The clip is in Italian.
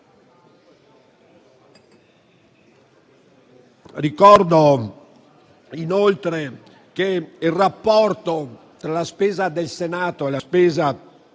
Ricordo che il rapporto tra la spesa del Senato e la spesa